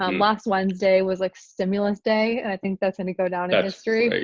um last wednesday was like stimulus day and i think that's going to go down in history. but